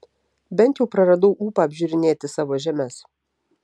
bent jau praradau ūpą apžiūrinėti savo žemes